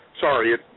sorry